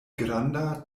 granda